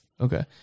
Okay